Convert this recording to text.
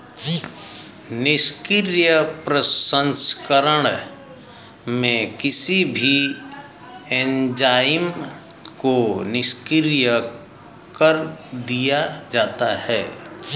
निष्क्रिय प्रसंस्करण में किसी भी एंजाइम को निष्क्रिय कर दिया जाता है